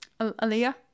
Aaliyah